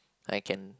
I can